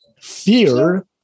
Fear